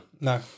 No